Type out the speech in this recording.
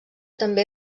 també